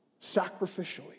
sacrificially